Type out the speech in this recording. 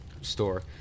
store